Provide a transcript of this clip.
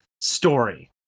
story